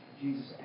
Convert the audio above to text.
Jesus